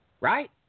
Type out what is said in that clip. Right